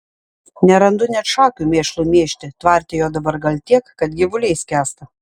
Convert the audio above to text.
nerandu net šakių mėšlui mėžti tvarte jo dabar gal tiek kad gyvuliai skęsta